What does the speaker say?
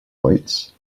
weights